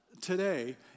today